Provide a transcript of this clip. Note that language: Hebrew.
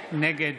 נגד